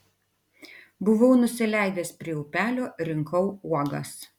buvau nusileidęs prie upelio rinkau uogas